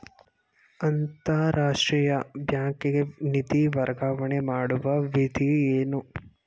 ಅಂತಾರಾಷ್ಟ್ರೀಯ ಬ್ಯಾಂಕಿಗೆ ನಿಧಿ ವರ್ಗಾವಣೆ ಮಾಡುವ ವಿಧಿ ಏನು?